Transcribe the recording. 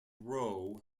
rowe